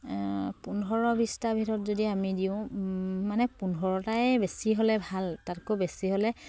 পোন্ধৰ বিছটাৰ ভিতৰত যদি আমি দিওঁ মানে পোন্ধৰটাই বেছি হ'লে ভাল তাতকৈ বেছি হ'লে